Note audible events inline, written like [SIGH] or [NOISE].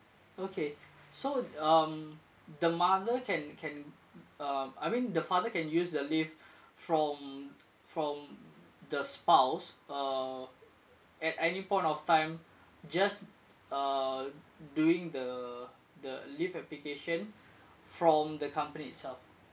okay so um the mother can can um I mean the father can use the leave [BREATH] from from the spouse uh at any point of time just uh during the the leave application from the company itself